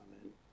Amen